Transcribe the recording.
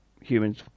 humans